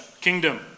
kingdom